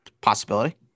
Possibility